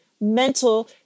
mental